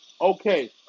Okay